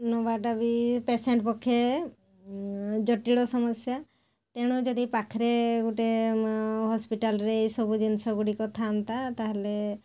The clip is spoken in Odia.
ନବାଟା ବି ପେସେଣ୍ଟ ପକ୍ଷେ ଜଟିଳ ସମସ୍ୟା ତେଣୁ ଯଦି ପାଖରେ ଗୋଟେ ହସ୍ପିଟାଲ୍ରେ ଏସବୁ ଜିନିଷ ଗୁଡ଼ିକ ଥା'ନ୍ତା ତାହା ହେଲେ